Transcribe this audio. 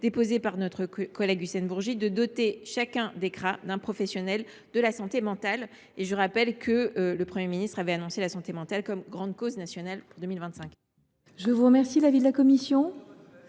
déposé par notre collègue Hussein Bourgi, de doter chaque CRA d’un professionnel de la santé mentale. Je rappelle que le Premier ministre avait annoncé que la santé mentale serait la grande cause nationale de 2025.